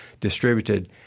distributed